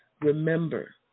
remember